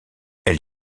elle